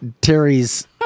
Terry's